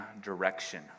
direction